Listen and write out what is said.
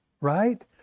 right